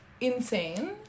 Insane